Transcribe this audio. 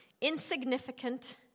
insignificant